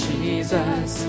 Jesus